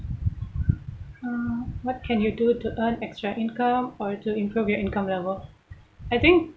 uh what can you do to earn extra income or to improve your income level I think